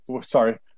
sorry